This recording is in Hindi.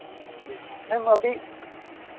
जी मैम अभी